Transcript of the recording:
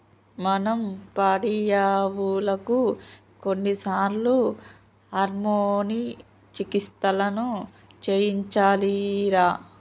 మనం పాడియావులకు కొన్నిసార్లు హార్మోన్ చికిత్సలను చేయించాలిరా